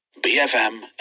BFM